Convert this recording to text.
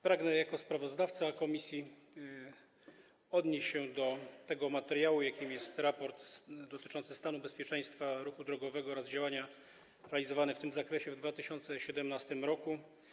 Pragnę jako sprawozdawca komisji odnieść się do tego materiału, jakim jest raport dotyczący stanu bezpieczeństwa ruchu drogowego oraz działań realizowanych w tym zakresie w 2017 r.